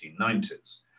1990s